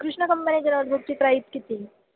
कृष्ण कंपनीच्या नोटबुकची प्राईज किती